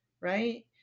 Right